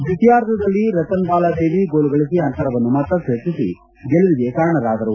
ದ್ವಿತೀಯಾರ್ಧದಲ್ಲಿ Ratan Bala Devi goal ಗಳಿಸಿ ಅಂತರವನ್ನು ಮತ್ತಪ್ಲು ಹೆಚ್ಚಿಸಿ ಗೆಲುವಿಗೆ ಕಾರಣರಾದರು